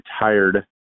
retired